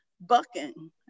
bucking